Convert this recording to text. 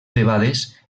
debades